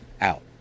out